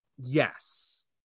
Yes